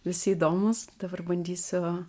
visi įdomūs dabar bandysiu